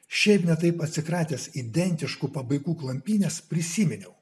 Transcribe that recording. šiaip ne taip atsikratęs identiškų pabaigų klampynes prisiminiau